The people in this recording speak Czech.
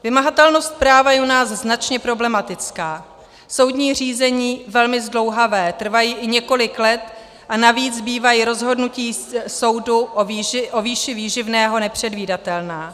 Vymahatelnost práva je u nás značně problematická, soudní řízení velmi zdlouhavé, trvají i několik let a navíc bývají rozhodnutí soudu o výši výživného nepředvídatelná.